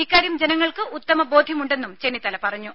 ഇക്കാര്യം ജനങ്ങൾക്ക് ഉത്തമ ബോധ്യമുണ്ടെന്നും ചെന്നിത്തല പറഞ്ഞു